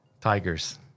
Tigers